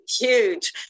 Huge